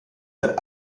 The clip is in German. seit